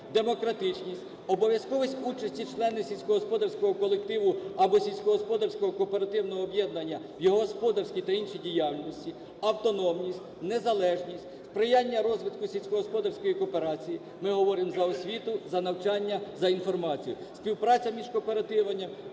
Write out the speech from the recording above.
демократичність, обов'язковість участі членів сільськогосподарського колективу або сільськогосподарського кооперативного об'єднання в його господарській та іншій діяльності, автономність, незалежність, сприяння розвитку сільськогосподарської кооперації. Ми говоримо за освіту, за навчання, за інформацію. Співпраця між кооперативами,